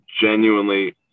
genuinely